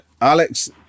Alex